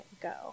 go